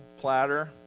platter